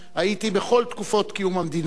הייתי בכל תקופות קיום המדינה,